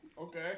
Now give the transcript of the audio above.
Okay